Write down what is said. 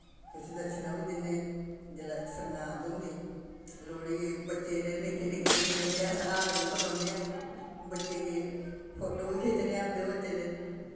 उस्सी दक्खना बी दिन्ने जिल्लै सरगांद होंदी लोह्ड़ी गी बच्चे जेह्ड़े निक्के निक्के होंदे उं'दे अस हार बी परोन्ने आं बच्चें गी फोटो बी खिच्चने आं उं'दे बच्चें दे